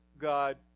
God